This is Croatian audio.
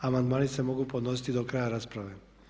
Amandmani se mogu podnositi do kraja rasprave.